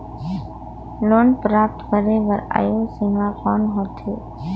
Loan प्राप्त करे बर आयु सीमा कौन होथे?